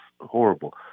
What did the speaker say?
horrible